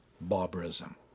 barbarism